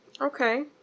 Okay